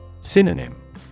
Synonym